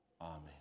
Amen